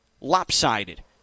lopsided